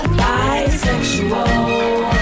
bisexual